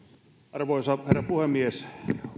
arvoisa herra puhemies